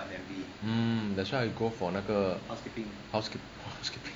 mm that's why go for 那个 house !wah! housekeeping